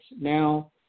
Now